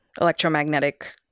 electromagnetic